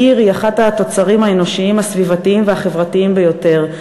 העיר היא אחד התוצרים האנושיים הסביבתיים והחברתיים ביותר,